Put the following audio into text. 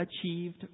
achieved